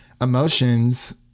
emotions